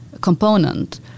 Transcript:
component